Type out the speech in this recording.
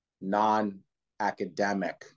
non-academic